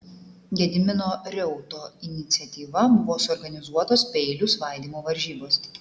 gedimino reuto iniciatyva buvo suorganizuotos peilių svaidymo varžybos